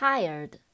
Tired